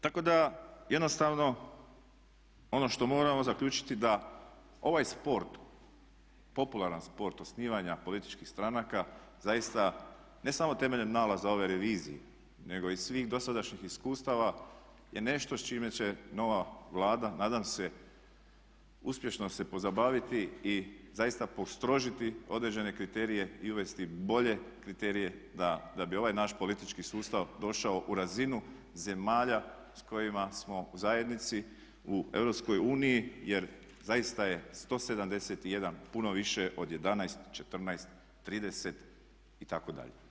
Tako da jednostavno ono što moramo zaključiti da ovaj sport, popularan sport osnivanja političkih stranaka zaista ne samo temeljem nalaza ove revizije nego i svih dosadašnjih iskustava je nešto s čime će nova Vlada nadam se uspješno se pozabaviti i zaista postrožiti određene kriterije i uvesti bolje kriterije da bi ovaj naš politički sustav došao u razinu zemalja s kojima smo u zajednici u EU jer zaista je 171 puno više od 11, 14, 30 itd.